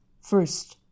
first